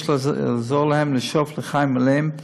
יש לעזור להם לשאוף לחיים מלאים ופוריים,